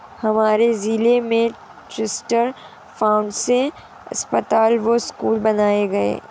हमारे जिले में ट्रस्ट फंड से अस्पताल व स्कूल बनाए गए